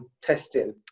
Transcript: testing